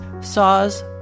saws